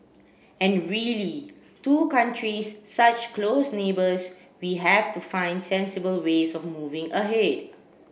and really two countries such close neighbours we have to find sensible ways of moving ahead